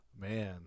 man